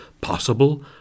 possible